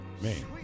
Man